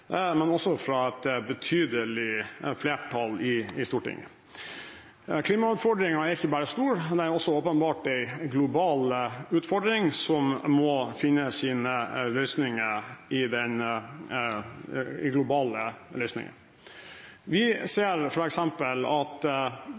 men også fra et betydelig flertall i Stortinget. Klimautfordringen er ikke bare stor – den er åpenbart også en global utfordring som må finne globale løsninger.